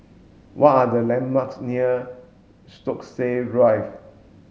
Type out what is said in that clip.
what are the landmarks near Stokesay Drive